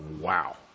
Wow